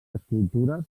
escultures